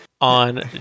On